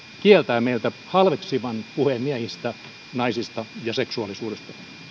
kieltää meiltä halveksivan puheen miehistä naisista ja seksuaalisuudesta